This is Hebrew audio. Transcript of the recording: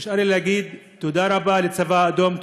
נשאר לי להגיד תודה רבה לצבא האדום,